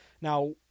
Now